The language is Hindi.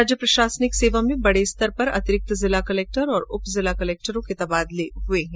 राज्य प्रशासनिक सेवा में बडे स्तर पर अतिरिक्त जिला कलक्टर उप उप जिला कलक्टरों के तबादले हुए है